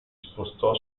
spostò